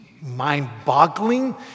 mind-boggling